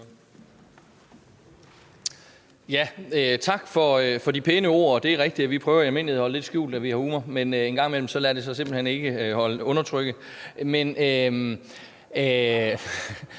Tak for de pæne ord. Det er rigtigt, vi prøver i almindelighed at holde det lidt skjult, at vi har humor, men en gang imellem lader det sig simpelt hen ikke undertrykke.